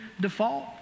default